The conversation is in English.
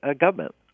government